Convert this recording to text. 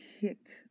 kicked